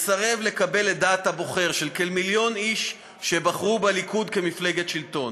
לסרב לקבל את דעת הבוחר של כמיליון איש שבחרו בליכוד כמפלגת שלטון,